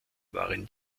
waren